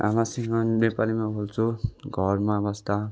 आमासँग पनि नेपालीमा बोल्छु घरमा बस्दा